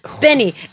Benny